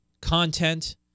content